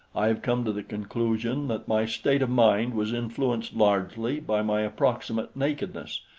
i have come to the conclusion that my state of mind was influenced largely by my approximate nakedness.